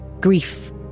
grief